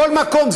בכל מקום,